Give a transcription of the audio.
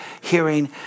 hearing